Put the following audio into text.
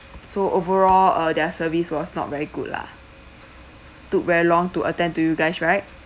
so overall uh their service was not very good lah took very long to attend to you guys right